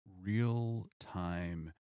real-time